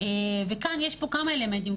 וכאן יש כמה אלמנטים.